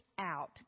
out